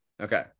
okay